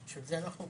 בשביל זה אנחנו פה.